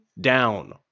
down